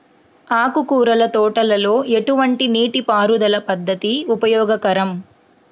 ఆకుకూరల తోటలలో ఎటువంటి నీటిపారుదల పద్దతి ఉపయోగకరం?